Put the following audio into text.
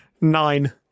Nine